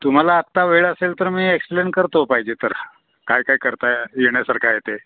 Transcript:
तुम्हाला आत्ता वेळ असेल तर मी एक्सप्लेन करतो पाहिजे तर काय काय करता येण्यासारखं आहे ते